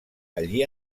allí